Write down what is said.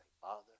Father